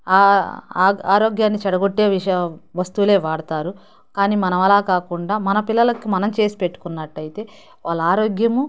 ఆరోగ్యాన్ని చెడగొట్టే వస్తువులే వాడతారు కాని మనం అలా కాకుండా మన పిల్లలకు మనం చేసి పెట్టుకున్నట్టయితే వాళ్ళ ఆరోగ్యము